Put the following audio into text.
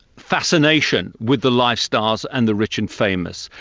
fascination with the lifestyles and the rich and famous.